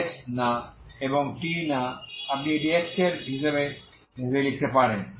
x না এবং t না আপনি এটি x এর x হিসাবে লিখতে পারেন